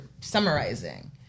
summarizing